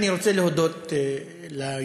אני רוצה להודות ליוזמים,